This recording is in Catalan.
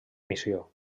missió